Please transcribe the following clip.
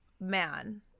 man